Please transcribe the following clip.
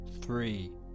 three